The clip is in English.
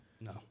no